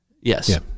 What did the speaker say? Yes